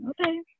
okay